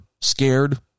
scared